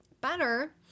better